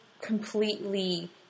completely